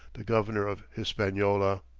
the governor of hispaniola.